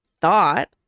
thought